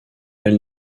elle